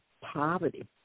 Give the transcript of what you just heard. Poverty